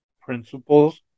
Principles